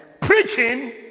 preaching